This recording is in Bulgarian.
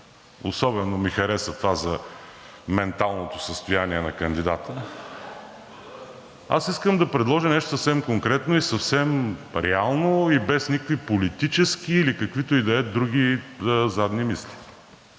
особено ми хареса това за менталното състояние на кандидата (шум и реплики), искам да предложа нещо съвсем конкретно и съвсем реално и без никакви политически или каквито и да е други задни мисли.